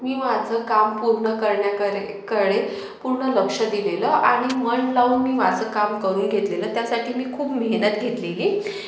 मी माझं काम पूर्ण करण्याकलेकडे पूर्ण लक्ष दिलेलं आणि मन लावून मी माझं काम करून घेतलेलं त्यासाठी मी खूप मेहनत घेतलेली